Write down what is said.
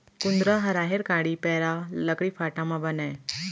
कुंदरा ह राहेर कांड़ी, पैरा, लकड़ी फाटा म बनय